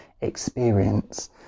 experience